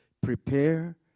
prepare